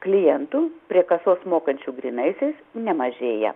klientų prie kasos mokančių grynaisiais nemažėja